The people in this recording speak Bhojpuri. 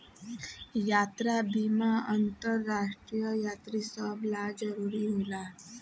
यात्रा बीमा अंतरराष्ट्रीय यात्री सभ ला जरुरी होला